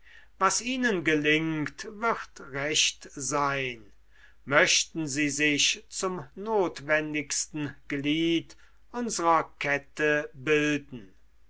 was ihnen gelingt wird recht sein möchten sie sich zum notwendigsten glied unsrer kette bilden